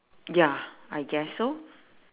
ya I guess so